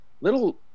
Little